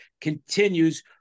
continues